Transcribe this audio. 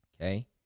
Okay